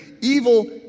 evil